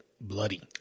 bloody